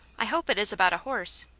i hope it is about a horse.